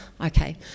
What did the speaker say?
Okay